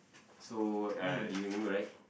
so uh you remember right